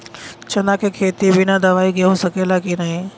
चना के खेती बिना दवाई के हो सकेला की नाही?